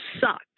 suck